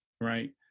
Right